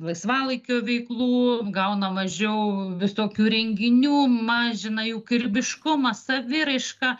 laisvalaikio veiklų gauna mažiau visokių renginių mažina jų kūrybiškumą saviraišką